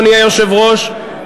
אדוני היושב-ראש,